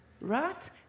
Right